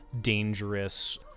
dangerous